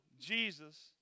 Jesus